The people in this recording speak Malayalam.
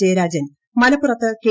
ജയരാജൻ മലപ്പുറത്ത് കെ